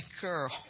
girl